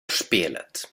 spelet